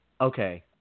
okay